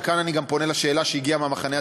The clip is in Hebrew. וכאן אני גם פונה לשאלה שהגיעה מהמחנה הציוני,